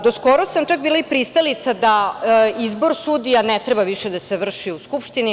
Do skoro sam čak bila i pristalica da izbor sudija ne treba više da se vrši u Skupštini.